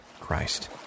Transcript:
Christ